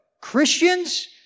Christians